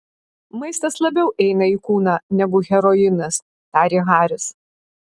maistas labiau eina į kūną negu heroinas tarė haris